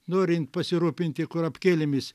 norint pasirūpinti kurapkėlėmis